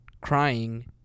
crying